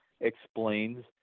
explains